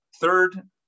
third